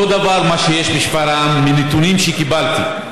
אותו דבר שיש בשפרעם, מנתונים שקיבלתי.